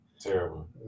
Terrible